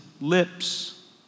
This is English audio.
lips